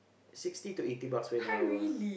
sixty to eighty bucks an hour